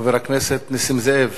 חבר הכנסת נסים זאב